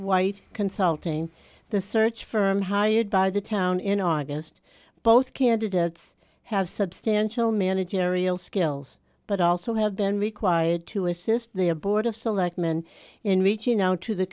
white consulting the search firm hired by the town in august both candidates have substantial managerial skills but also have been required to assist their board of selectmen in reaching out to the